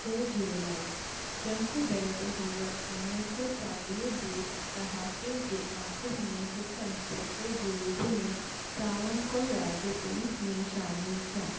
जय झूलेलाल जंग बैदि उहे उणिवीह सौ चालीह जे ॾहाके जे आख़िरि में हिकु इन्सपेक्टर जे रूप में त्रावणकोर राज्य पुलिस में शामिल थिया